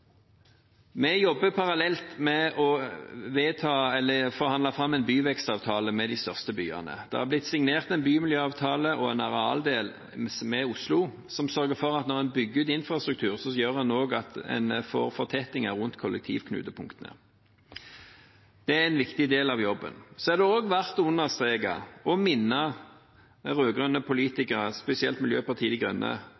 Vi jobber parallelt med å forhandle fram en byvekstavtale med de største byene. Det har blitt signert en bymiljøavtale med en arealdel i Oslo som sørger for at når en bygger ut infrastruktur, får en også fortetninger rundt kollektivknutepunktene. Det er en viktig del av jobben. Så er det også verdt å understreke og minne